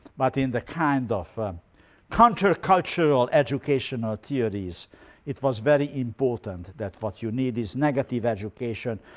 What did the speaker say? but in the kind of um counter-cultural educational theories it was very important that what you need is negative education.